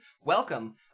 welcome